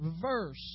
verse